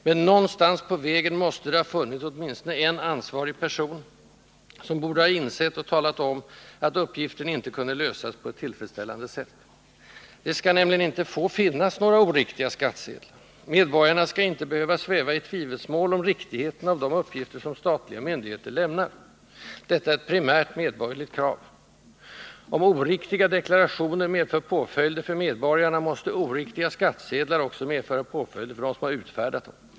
Men någonstans på vägen måste det ha funnits åtminstone en ansvarig person, som borde ha insett och talat om, att uppgiften inte kunde lösas på ett tillfredsställande sätt. Det skall nämligen inte få finnas några oriktiga skattsedlar. Medborgarna skall inte behöva sväva i tvivelsmål om riktigheten av de uppgifter som statliga myndigheter lämnar. Detta är ett primärt medborgerligt krav. Om oriktiga deklarationer medför påföljder för medborgarna måste oriktiga skattsedlar också medföra påföljder för dem som utfärdat dem.